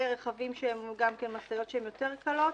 ורכבים שהם גם משאיות שהן יותר קלות.